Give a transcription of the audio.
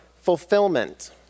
fulfillment